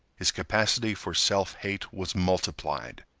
his capacity for self-hate was multiplied.